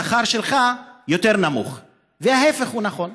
השכר שלך יותר נמוך, וההפך הוא נכון.